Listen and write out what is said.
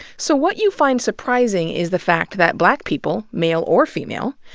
so, what you find surprising is the fact that black people, male or female,